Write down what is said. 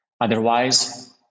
Otherwise